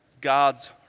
God's